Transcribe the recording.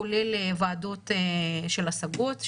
כולל ועדות השגות,